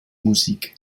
musik